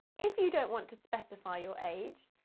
if you don't want to specify your age,